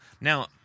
Now